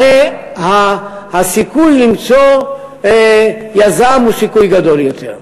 הרי הסיכוי למצוא יזם הוא סיכוי גדול יותר.